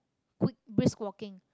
quick brisk walking